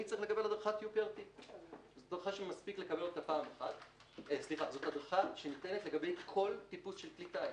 אני צריך לקבל הדרכת UPRT. זו הדרכה שניתנת לגבי כל טיפוס של כלי טיס.